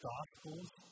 Gospels